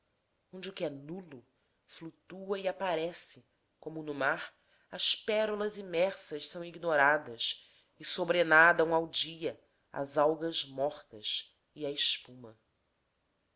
onde o que é nulo flutua e aparece como no mar as pérolas imersas são ignoradas e sobrenadam ao dia as algas mortas e a espuma